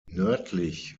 nördlich